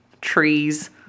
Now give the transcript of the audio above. trees